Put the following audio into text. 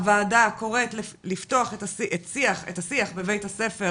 הוועדה קוראת לפתוח את השיח בבית הספר